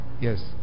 Yes